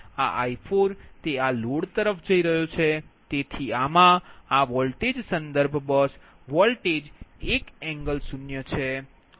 આ I4 તે આ લોડ તરફ જઈ રહ્યો છે તેથી આમાં આ વોલ્ટેજ સંદર્ભ બસ વોલ્ટેજ1∠0છે